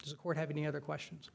a court have any other questions